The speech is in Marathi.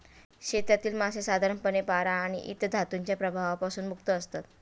शेतातील मासे साधारणपणे पारा आणि इतर धातूंच्या प्रभावापासून मुक्त असतात